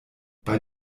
bei